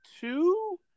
two